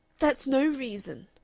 that's no reason,